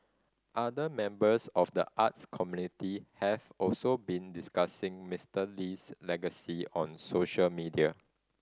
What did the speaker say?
other members of the arts community have also been discussing Mister Lee's legacy on social media